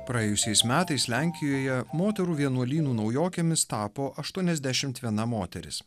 praėjusiais metais lenkijoje moterų vienuolynų naujokėmis tapo aštuoniasdešimt viena moteris